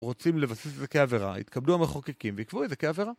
רוצים לבסס את זה כעבירה, התקבלו המחוקקים ויקבעו את זה כעבירה